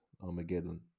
Armageddon